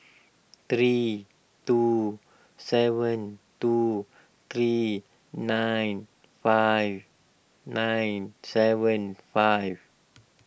three two seven two three nine five nine seven five